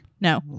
No